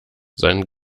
seinen